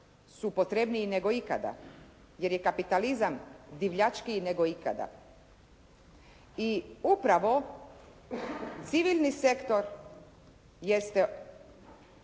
su potrebniji nego ikada, jer je kapitalizam divljačkiji nego ikada. I upravo civilni sektor jeste